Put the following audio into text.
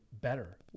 better